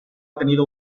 tenido